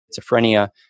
schizophrenia